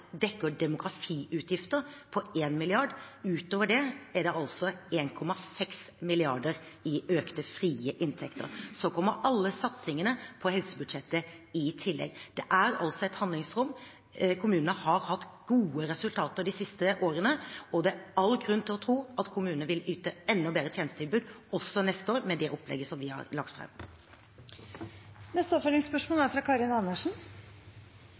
dekker ikke bare demografiutgifter på 1 mrd. kr, utover det er det 1,6 mrd. kr i økte frie inntekter. Så kommer alle satsingene på helsebudsjettet i tillegg. Det er altså et handlingsrom. Kommunene har hatt gode resultater de siste årene, og det er all grunn til å tro at kommunene vil yte enda bedre tjenestetilbud også neste år med det opplegget som vi har lagt fram. Karin Andersen – til oppfølgingsspørsmål.